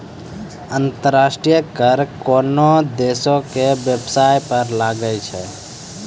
अंतर्राष्ट्रीय कर कोनोह देसो के बेबसाय पर लागै छै